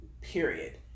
period